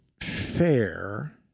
fair